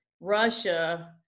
Russia